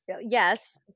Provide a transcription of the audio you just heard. Yes